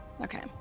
okay